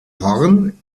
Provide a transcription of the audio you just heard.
horn